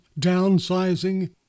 downsizing